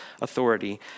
authority